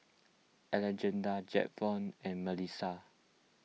Angella Jaxon and Melissa